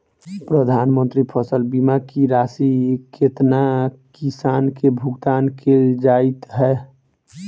प्रधानमंत्री फसल बीमा की राशि केतना किसान केँ भुगतान केल जाइत है?